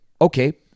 okay